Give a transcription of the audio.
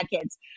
kids